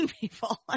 people